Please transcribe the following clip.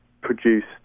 produced